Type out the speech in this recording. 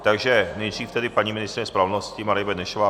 Takže nejdřív tedy paní ministryně spravedlnosti Marie Benešová.